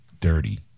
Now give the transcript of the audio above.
dirty